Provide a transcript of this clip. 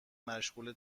مشغول